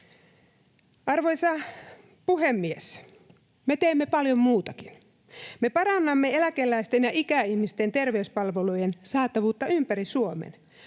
Arvoisa puhemies! Me teemme paljon muutakin. Me parannamme eläkeläisten ja ikäihmisten terveyspalvelujen saatavuutta ympäri Suomen.